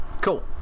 Cool